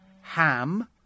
Ham